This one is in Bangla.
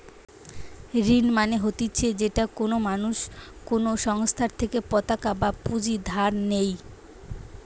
ঋণ মানে হতিছে যেটা কোনো মানুষ কোনো সংস্থার থেকে পতাকা বা পুঁজি ধার নেই